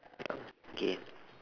ya okay